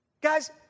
Guys